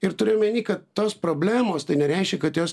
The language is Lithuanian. ir turiu omeny kad tos problemos tai nereiškia kad jos